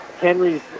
Henry's